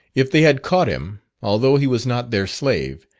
if they had caught him, although he was not their slave,